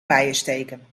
bijensteken